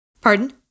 Pardon